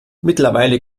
mittlerweile